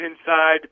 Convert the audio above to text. inside